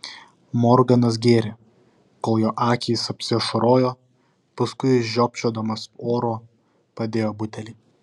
morganas gėrė kol jo akys apsiašarojo paskui žiopčiodamas oro padėjo butelį